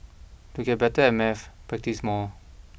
to get better at maths practise more